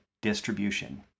distribution